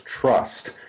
trust